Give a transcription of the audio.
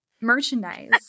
Merchandise